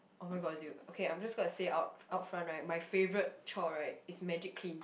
oh-my-god dude okay I'm gonna say out out front my favourite chore right is Magic Clean